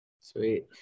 Sweet